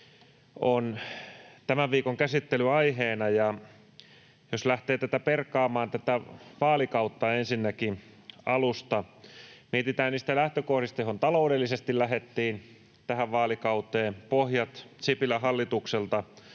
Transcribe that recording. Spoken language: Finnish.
on tämän viikon käsittelyn aiheena. Ja jos lähtee perkaamaan tätä vaalikautta ensinnäkin alusta, niin mietitään niistä lähtökohdista, joilla taloudellisesti lähdettiin tähän vaalikauteen. Pohjat Sipilän hallitukselta